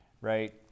right